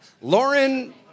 Lauren